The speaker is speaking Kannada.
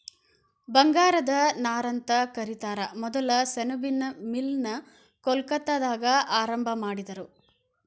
ಬಂಗಾರದ ನಾರಂತ ಕರಿತಾರ ಮೊದಲ ಸೆಣಬಿನ್ ಮಿಲ್ ನ ಕೊಲ್ಕತ್ತಾದಾಗ ಆರಂಭಾ ಮಾಡಿದರು